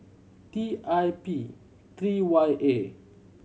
T I P three Y A